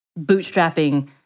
bootstrapping